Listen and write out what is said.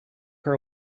her